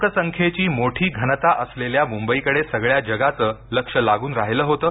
लोकसंख्येची मोठी घनता असलेल्या मुंबईकडे सगळ्या जगाचं लक्ष लागून राहिलं होतं